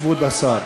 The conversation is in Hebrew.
כבוד השר.